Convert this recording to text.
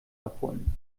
abholen